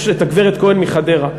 יש גברת כהן מחדרה.